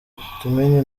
kimenyi